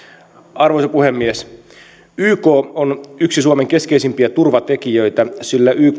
arvoisa puhemies yk on yksi suomen keskeisimpiä turvatekijöitä sillä yk